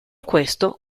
questo